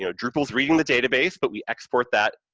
you know drupal's reading the database, but we export that,